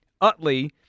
Utley